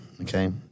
okay